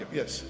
yes